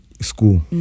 school